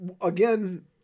again